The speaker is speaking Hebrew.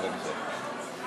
בבקשה.